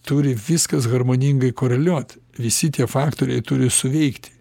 turi viskas harmoningai koreliuot visi tie faktoriai turi suveikti